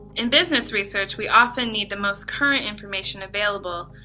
in business research we often need the most current information available.